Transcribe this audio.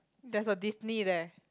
there's a Disney leh